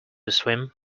swim